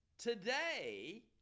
Today